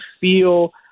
feel